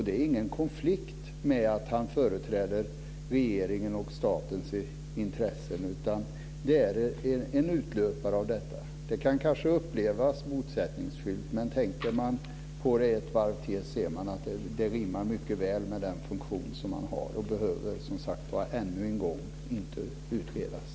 Det är ingen konflikt med att JK företräder regeringens och statens intressen, utan det är en utlöpare av detta. Det kan kanske upplevas som motsättningsfullt, men tänker man på det ett varv till märker man att det rimmar mycket väl med den funktion som JK har. Detta behöver, vill jag ännu en gång säga, inte utredas.